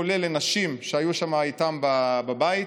כולל לנשים שהיו שם איתם בבית,